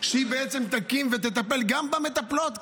שהיא בעצם תקים ותטפל גם במטפלות,